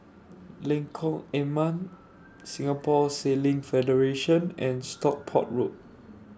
Lengkok Enam Singapore Sailing Federation and Stockport Road